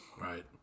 Right